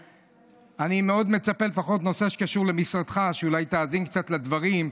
אני מאוד מצפה שלפחות בנושא שקשור למשרדך אולי תאזין קצת לדברים.